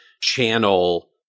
channel